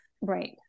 Right